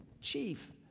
chief